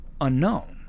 unknown